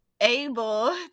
able